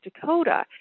Dakota